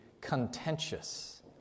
contentious